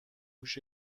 هوش